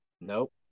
Nope